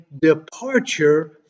departure